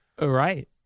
Right